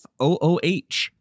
FOOH